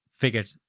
Figured